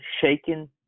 shaken